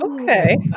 okay